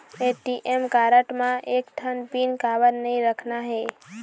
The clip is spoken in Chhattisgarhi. ए.टी.एम कारड म एक ठन पिन काबर नई रखना हे?